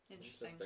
Interesting